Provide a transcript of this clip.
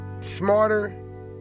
smarter